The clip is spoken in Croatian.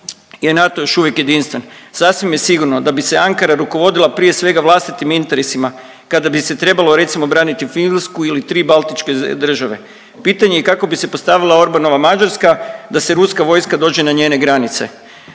je NATO još uvijek jedinstven. Sasvim je sigurno da bi se Ankara rukovodila prije svega vlastitim interesima, kada bi se trebalo recimo braniti Finsku ili Tri Baltičke države. Pitanje je kako bi postavila Orbanova Mađarska, da se ruska vojska dođe na njene granice.